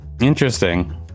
Interesting